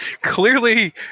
Clearly